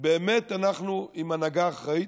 באמת אנחנו עם הנהגה אחראית?